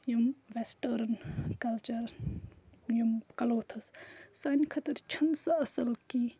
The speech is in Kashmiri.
یِم وٮ۪سٹٲرٕن کَلچَر یِم کلوتھٕس سانہِ خٲطرٕ چھِنہٕ سَہ اَصٕل کیٚنٛہہ